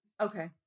Okay